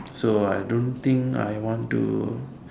so I don't think I want to